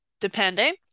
depending